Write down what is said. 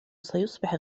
سيصبح